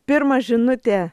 pirma žinutė